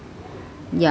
ya